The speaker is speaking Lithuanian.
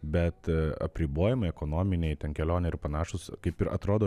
bet apribojimai ekonominiai kelionių ir panašūs kaip ir atrodo